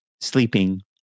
sleeping